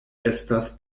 estas